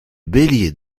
bellier